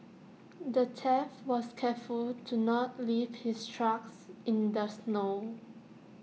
the thief was careful to not leave his tracks in the snow